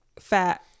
fat